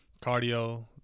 cardio